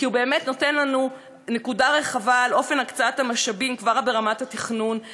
כי הוא באמת נותן לנו מבט רחב על אופן הקצאת המשאבים כבר ברמת התכנון,